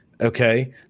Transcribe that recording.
Okay